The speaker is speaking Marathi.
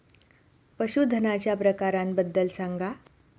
पशूधनाच्या प्रकारांबद्दल सांगा